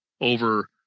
over